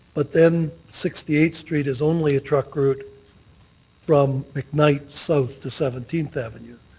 but then sixty eighth street is only a truck route from mcknight south to seventeenth avenue.